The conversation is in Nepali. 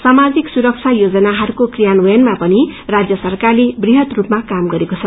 सामाजिक सुरक्षा योजनाहरूको क्रियान्वयनमा पनि राजय सरकारले वृहत रूपमा काम गरेको छ